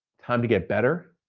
time to get better,